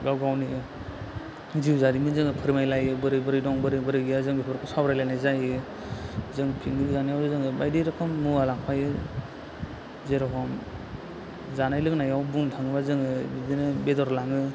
गावगावनि जिउ जारिमिन जोङो फोरमायलायो बोरै बोरै दं बोरै गैया जों बेफोरखौ सावरायलायनाय जायो जों फिकनिक जानायाव बायदि रोखोम मुवा लांफायो जेर'खम जानाय लोंनायाव जों बुंनो थाङोब्ला जोङो बिदिनो बेदर लाङो